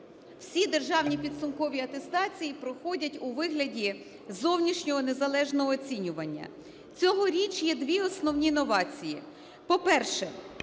Всі державні підсумкові атестації проходять у вигляді зовнішнього незалежного оцінювання. Цьогоріч є дві основні новації. По-перше,